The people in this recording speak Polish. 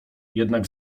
jednak